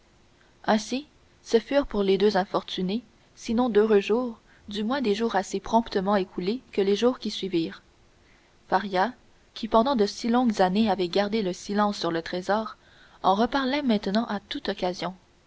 ainsi ce furent pour les deux infortunés sinon d'heureux jours du moins des jours assez promptement écoulés que les jours qui suivirent faria qui pendant de si longues années avait gardé le silence sur le trésor en reparlait maintenant à toute occasion